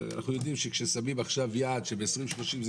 אנחנו יודעים שכששמים עכשיו יעד שב-2030 זה